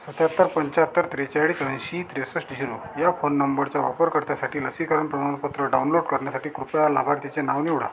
सत्त्याहत्तर पंच्याहत्तर त्रेचाळीस ऐंशी त्रेसष्ट झिरो या फोन नंबरचा वापरकर्त्यासाठी लसीकरण प्रमाणपत्र डाउनलोड करण्यासाठी कृपया लाभार्थीचे नाव निवडा